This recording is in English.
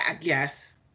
yes